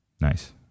Nice